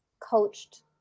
coached